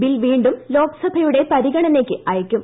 ബിൽവീണ്ടുംലോക്സഭയുടെ പരിഗണനയ്ക്ക്അയക്കും